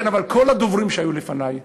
אבל כל הדוברים שהיו לפני,